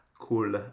cool